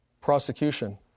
prosecution